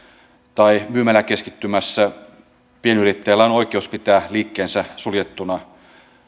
tai myymäläkeskittymässä pienyrittäjällä on oikeus pitää liikkeensä suljettuna